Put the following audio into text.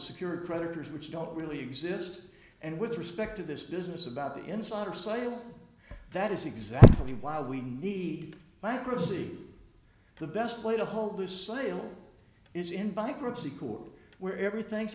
secure creditors which don't really exist and with respect to this business about the insider sale that is exactly why we need microsleep the best way to hold this sale is in bankruptcy court where everything's